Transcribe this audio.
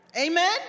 Amen